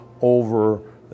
over